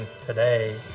today